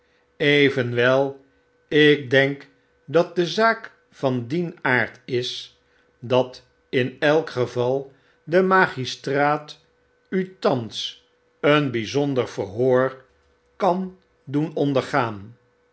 evenwel ik denk dat de zaak van dien aard is dat in elk geval de magistraat u thans een byzonder verhoor kan doen ondergaan